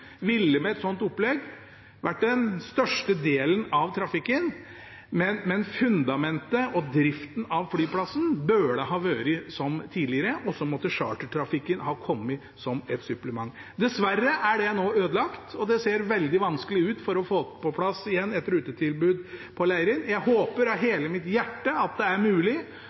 ville med et sånt opplegg vært den største delen av trafikken, men fundamentet og driften av flyplassen burde ha vært som tidligere, og så måtte chartertrafikken ha kommet som et supplement. Dessverre er det nå ødelagt, og det ser veldig vanskelig ut å få på plass igjen et rutetilbud på Leirin. Jeg håper av hele mitt hjerte at det er mulig,